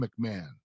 McMahon